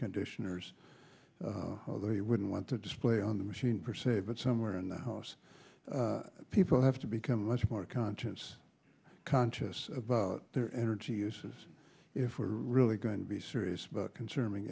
conditioners you wouldn't want to display on the machine per se but somewhere in the house people have to become much more conscience conscious about their energy use is if we're really going to be serious about conserving